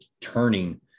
turning